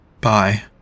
bye